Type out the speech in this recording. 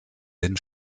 den